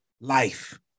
life